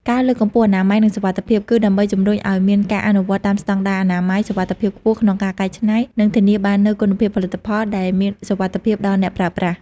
ការលើកកម្ពស់អនាម័យ និងសុវត្ថិភាព គឺដើម្បីជំរុញឲ្យមានការអនុវត្តតាមស្តង់ដារអនាម័យ សុវត្ថិភាពខ្ពស់ក្នុងការកែច្នៃ និងធានាបាននូវគុណភាពផលិតផល ដែលមានសុវត្ថិភាពដល់អ្នកប្រើប្រាស់។